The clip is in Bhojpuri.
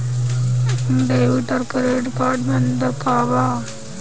डेबिट और क्रेडिट कार्ड मे अंतर का होला?